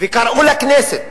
וקראו לכנסת